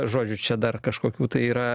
žodžiu čia dar kažkokių tai yra